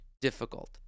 difficult